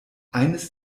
eines